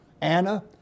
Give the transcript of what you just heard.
Anna